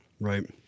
Right